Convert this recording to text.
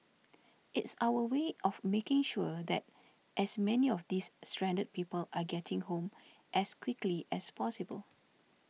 it's our way of making sure that as many of these stranded people are getting home as quickly as possible